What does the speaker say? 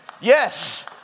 Yes